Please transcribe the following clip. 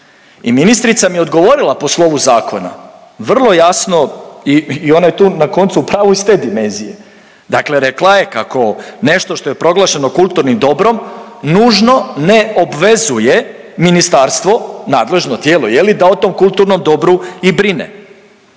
i ministrica mi je odgovorila po slovu zakona, vrlo jasno i ona je tu, na koncu u pravu iz te dimenzije, dakle rekla je kako nešto što je proglašeno kulturnim dobrom nužno ne obvezuje ministarstvo, nadležno tijelo da o tom kulturnom dobru i brine,